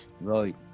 Right